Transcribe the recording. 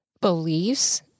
beliefs